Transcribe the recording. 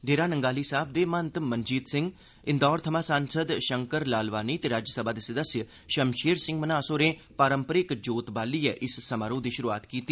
देरा नंगाली साहब दे महंत मंजीत सिंह इंदोर थमां सांसद शंकर लालवानी ते राज्यसभा दे सदस्य शमशेर सिंह मन्हास होरें पारम्पारिक जोत बालियै इस समोराह् दी शुरूआत कीती